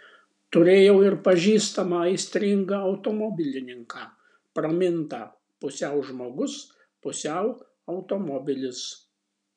turėjau ir pažįstamą aistringą automobilininką pramintą pusiau žmogus pusiau automobilis